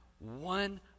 One